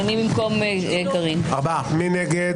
מי נגד?